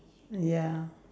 ya